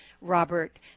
Robert